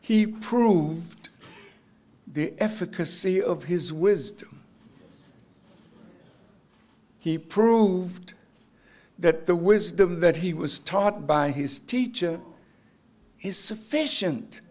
of his wisdom he proved that the wisdom that he was taught by his teacher is sufficient